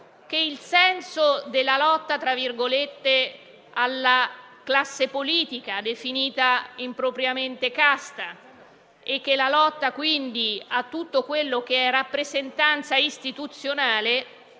che il senso della "lotta" alla classe politica, definita impropriamente casta, e a tutto ciò che è rappresentanza istituzionale